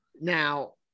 Now